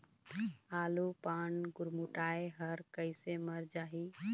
आलू पान गुरमुटाए हर कइसे मर जाही?